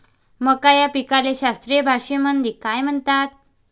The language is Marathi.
मका या पिकाले शास्त्रीय भाषेमंदी काय म्हणतात?